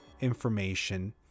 information